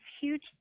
huge